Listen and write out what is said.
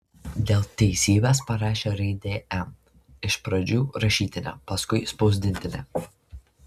dėl teisybės parašė raidę m iš pradžių rašytinę paskui spausdintinę